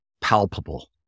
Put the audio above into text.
palpable